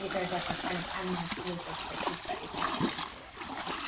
there's like a kind of endless loop of critique that you can get into as well.